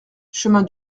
chemin